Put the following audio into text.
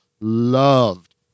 loved